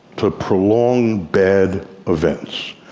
to prolonged bad events.